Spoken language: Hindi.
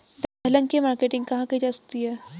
दलहन की मार्केटिंग कहाँ की जा सकती है?